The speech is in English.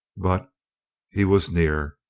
but he was near,